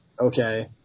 okay